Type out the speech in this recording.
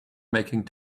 making